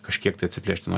kažkiek tai atsiplėšti nuo